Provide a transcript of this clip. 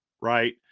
right